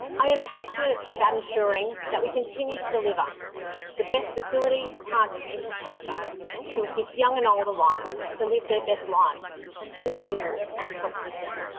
i am passionate about ensuring that we continue to deliver the best facilities, parks and infrastructure to assist young and old alike to live their best lives in our ward and across brisbane.